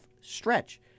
stretch